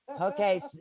Okay